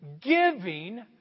Giving